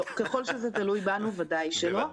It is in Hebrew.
ככל שזה תלוי בנו, ודאי שלא.